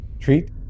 Treat